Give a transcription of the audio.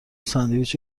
ساندویچ